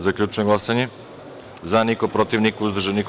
Zaključujem glasanje: za – niko, protiv – niko, uzdržan – niko.